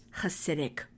Hasidic